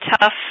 tough